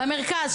במרכז,